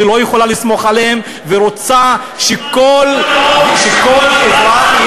שהיא לא יכולה לסמוך עליהם ורוצה שכל אזרח,